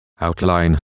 outline